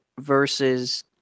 versus